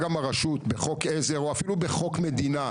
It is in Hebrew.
בחוק עזר או אפילו בחוק מדינה,